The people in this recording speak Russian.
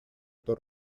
эту